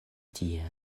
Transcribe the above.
tie